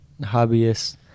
hobbyists